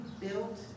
built